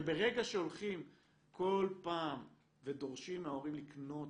וברגע שהולכים כל פעם ודורשים מההורים לקנות